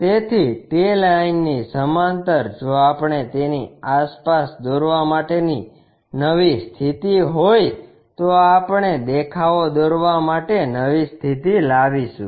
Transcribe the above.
તેથી તે લાઇનની સમાંતર જો આપણે તેની આસપાસ દોરવા માટેની નવી સ્થિતિ હોય તો આપણે દેખાવો દોરવા માટે નવી સ્થિતિ લાવીશું